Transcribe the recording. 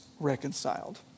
reconciled